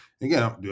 again